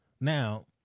Now